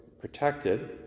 protected